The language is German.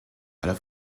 alle